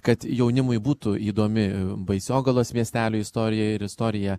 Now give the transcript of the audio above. kad jaunimui būtų įdomi baisogalos miestelio istorija ir istorija